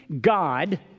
God